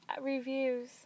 reviews